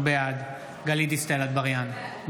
בעד גלית דיסטל אטבריאן,